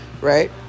Right